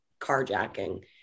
carjacking